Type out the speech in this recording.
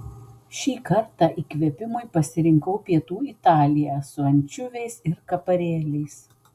šį kartą įkvėpimui pasirinkau pietų italiją su ančiuviais ir kaparėliais